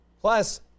Plus